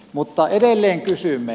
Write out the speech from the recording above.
mutta edelleen kysymme